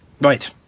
Right